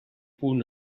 punt